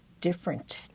different